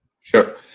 Sure